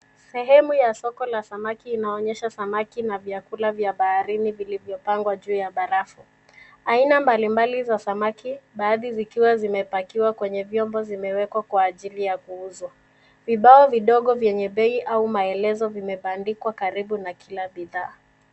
Sehemu ya soko la samaki inayoonyesha samaki na vyakula vya baharini vilivyopangwa juu barafu. Aina mbalimbali ya samaki baadhi zikiwazimepakiwa kwenye vyombo zimewekwa kwa ajili ya kuuzwa. Vibao vidogo vyenye bei au maelezo vimebandikwa karibu na kila bidhaa.